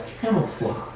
camouflage